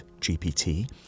GPT